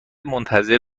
منتظر